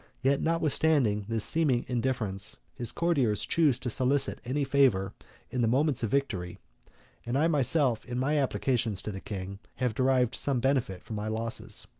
yet, notwithstanding this seeming indifference, his courtiers choose to solicit any favor in the moments of victory and i myself, in my applications to the king, have derived some benefit from my losses.